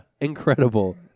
incredible